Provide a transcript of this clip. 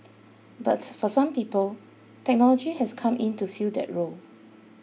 but for some people technology has come in to fill that role